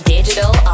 Digital